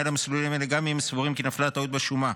למסלולים אלה גם אם הם סבורים כי נפלה טעות בשומה.